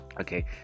Okay